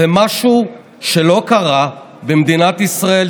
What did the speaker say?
זה משהו שלא קרה במדינת ישראל,